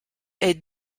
est